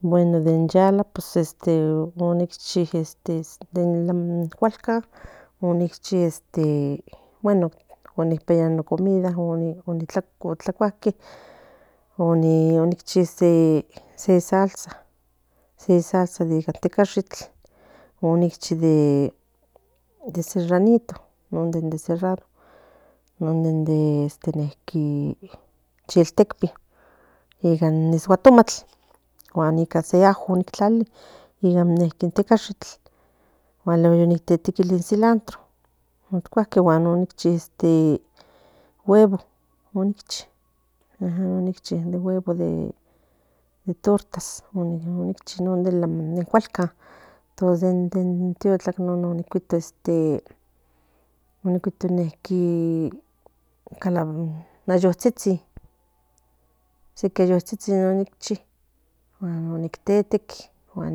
Bueno pues in yala pues nintchi puesn cualcan on nintchi bueno pues in nopiaba no comida no tlacuaque ok nintchi se salsa nunca in tecashik on nintchi de serranito non de serrano non de chiltelpi iván in isguatomac nica ni se ajo ica nin tecashik gua tetequili in silantro ocuaque guan nitschi huevo non itchi huevo de tortas non den cualcan tos den nen tiotlack ni cuitoc in ayotsitsin sequi ayotsitsin guan in non tetec guan